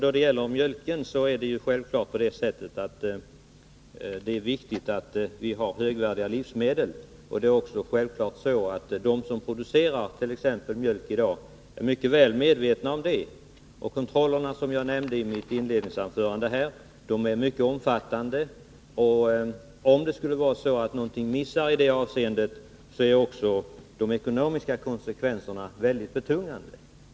När det gäller mjölken vill jag säga att det är självklart viktigt att vi har högvärdiga livsmedel. De som i dag producerar mjölk är givetvis mycket väl medvetna om detta. De kontroller som jag nämnde i mitt inledningsanförande är mycket omfattande. Om någonting skulle missa i det avseendet, är de ekonomiska konsekvenserna väldigt betungande.